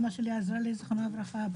אימא שלי זיכרונה לברכה עזרה לי,